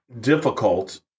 difficult